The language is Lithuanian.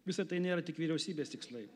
visa tai nėra tik vyriausybės tikslai